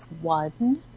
one